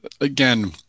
again